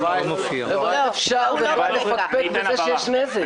הוא בא לפקפק בזה שיש נזק.